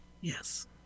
Yes